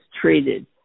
treated